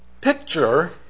Picture